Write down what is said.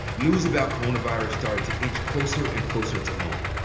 news about coronavirus started to inch closer and closer to home.